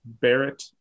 Barrett